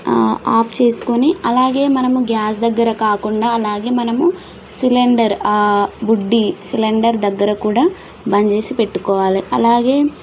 of చేసుకొని అలాగే మనం గ్యాస్ దగ్గర కాకుండా అలాగే మనము సిలిండర్ బుడ్డీ సిలిండర్ దగ్గర కూడా బంద్ చేసి పెట్టుకోవాలి అలాగే